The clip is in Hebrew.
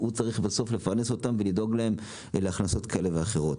והוא צריך בסוף לפרנס אותם ולדאוג להם להכנסות כאלה ואחרות.